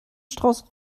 strauß